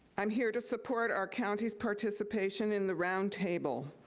i'm here to support our county's participation in the roundtable.